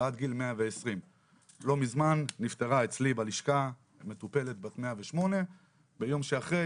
ועד גיל 120. לא מזמן נפטרה אצלי בלשכה מטופלת בת 108. ביום שאחרי